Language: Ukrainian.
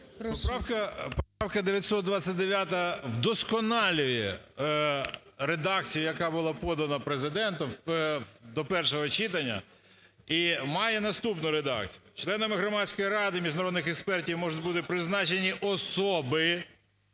Поправка 929 вдосконалює редакцію, яка була подана Президентом до першого читання і має наступну редакцію: "Членами Громадської ради міжнародних експертів можуть бути призначені особи,